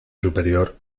superior